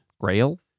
Grail